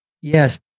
Yes